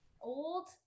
old